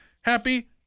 Happy